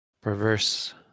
Perverse